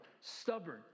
stubborn